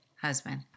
husband